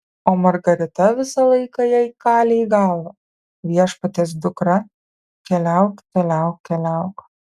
o margarita visą laiką jai kalė į galvą viešpaties dukra keliauk keliauk keliauk